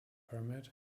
kermit